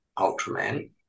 Ultraman